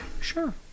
Sure